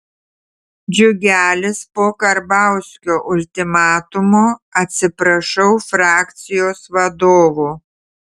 džiugelis po karbauskio ultimatumo atsiprašau frakcijos vadovo